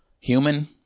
human